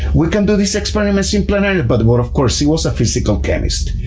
we can do these experiments in planarians! but but of course, he was a physical chemist.